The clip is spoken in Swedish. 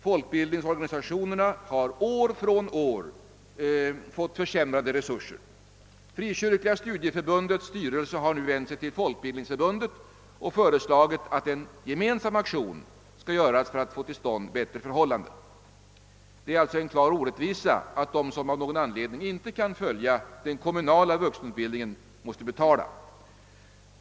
Folkbildningsorganisationerna har år från år fått försämrade resurser. Frikyrkliga studieförbundets styrelse har nu vänt sig till Folkbildningsförbundet och föreslagit att en gemensam aktion skall göras för att få till stånd bättre förhållanden. Det är en klar orättvisa, att de som av någon anledning inte kan följa den kommunala vuxenutbildningen måste betala.